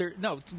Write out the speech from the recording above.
No